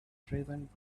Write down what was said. present